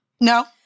no